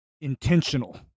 intentional